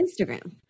Instagram